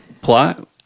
plot